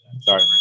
Sorry